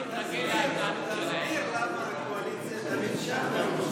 תסביר למה הקואליציה תמיד שם והאופוזיציה תמיד כאן.